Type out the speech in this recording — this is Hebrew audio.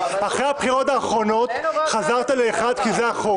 אחרי הבחירות האחרונות חזרת ל-1, כי זה החוק.